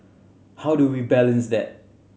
how do we balance that